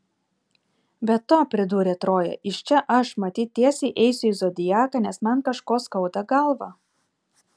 be to pridūrė troja iš čia aš matyt tiesiai eisiu į zodiaką nes man kažko skauda galvą